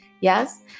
Yes